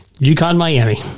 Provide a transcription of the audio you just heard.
UConn-Miami